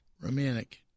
Romantic